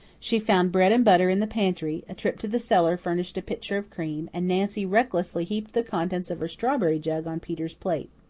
she found bread and butter in the pantry, a trip to the cellar furnished a pitcher of cream, and nancy recklessly heaped the contents of her strawberry jug on peter's plate.